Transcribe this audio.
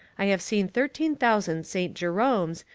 i have seen thirteen thousand st. jeromes,